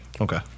Okay